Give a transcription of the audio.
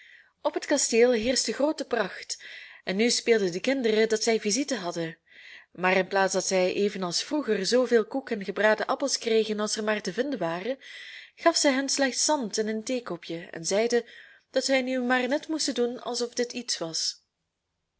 op het kasteel heerschte groote pracht en nu speelden de kinderen dat zij visite hadden maar in plaats dat zij evenals vroeger zooveel koek en gebraden appels kregen als er maar te vinden waren gaf zij hun slechts zand in een theekopje en zeide dat zij nu maar net moesten doen alsof dit iets was